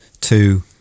two